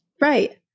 Right